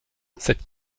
cette